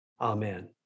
Amen